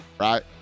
right